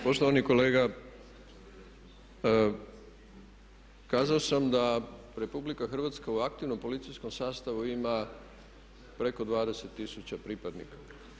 Poštovani kolega kazao sam da RH u aktivnom policijskom sastavu ima preko 20 tisuća pripadnika.